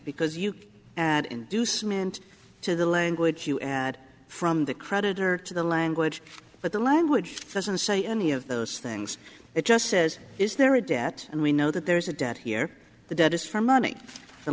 because you add inducement to the language you add from the creditor to the language but the language doesn't say any of those things it just says is there a debt and we know that there is a debt here the debt is from money the